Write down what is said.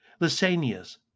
Lysanias